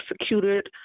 executed